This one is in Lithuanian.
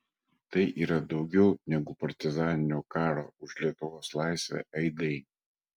tai yra daugiau negu partizaninio karo už lietuvos laisvę aidai